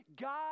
God